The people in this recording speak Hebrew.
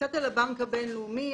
קצת על הבנק הבינלאומי.